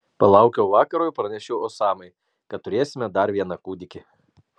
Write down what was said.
palaukiau vakaro ir pranešiau osamai kad turėsime dar vieną kūdikį